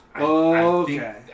okay